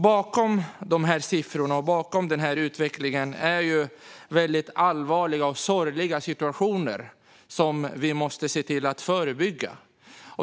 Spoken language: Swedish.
Bakom de här siffrorna och den här utvecklingen ligger väldigt allvarliga och sorgliga situationer som vi måste förebygga.